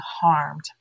harmed